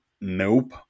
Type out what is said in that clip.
Nope